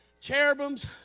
Cherubims